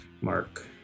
Mark